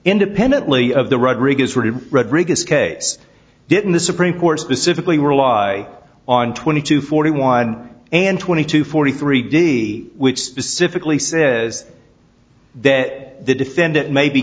independently of the rodriguez richard rodriguez case didn't the supreme court specifically rely on twenty to forty one and twenty two forty three d which specifically says that the defendant may be